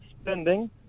spending